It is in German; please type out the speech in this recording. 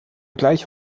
gleich